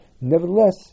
nevertheless